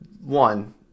one